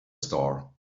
store